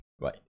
right